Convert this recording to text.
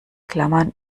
klammern